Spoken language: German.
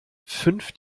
fünf